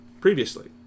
previously